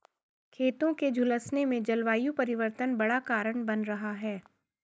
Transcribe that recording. खेतों के झुलसने में जलवायु परिवर्तन बड़ा कारण बन रहा है